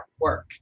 work